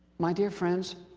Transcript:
my dear friends,